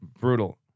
brutal